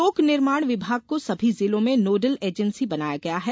लोक निर्माण विभाग को सभी जिलों में नोडल ऐजेन्सी बनाया गया है